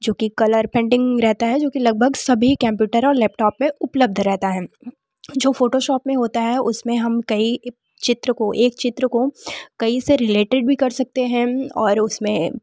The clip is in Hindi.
जो कि कलर पैंटिंग रहता है जो कि लगभग सभी कप्यूटर और लैपटॉप पे उपलब्ध रहता है जो फोटोशोप में होता है उसमें हम कई चित्र को एक चित्र को कई से रिलेटेड भी कर सकते हैं और इसमें